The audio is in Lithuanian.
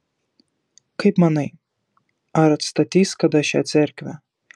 kaip manai ar atstatys kada šią cerkvę